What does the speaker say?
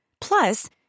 Plus